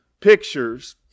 pictures